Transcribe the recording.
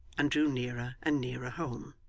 and drew nearer and nearer home.